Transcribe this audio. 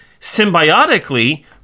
symbiotically